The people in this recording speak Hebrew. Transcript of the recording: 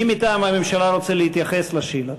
מי מטעם הממשלה רוצה להתייחס לשאלה?